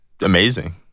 amazing